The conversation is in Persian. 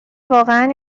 واقعا